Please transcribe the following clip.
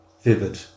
vivid